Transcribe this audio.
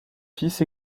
fils